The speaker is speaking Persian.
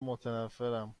متنفرم